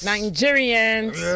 Nigerians